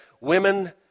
women